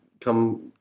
come